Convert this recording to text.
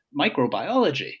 microbiology